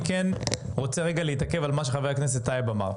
אני כן רוצה רגע להתעכב על מה שחבר הכנסת טייב אמר.